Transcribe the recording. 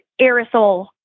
aerosol